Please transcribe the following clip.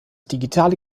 digitale